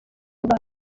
bana